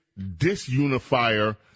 disunifier